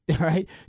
right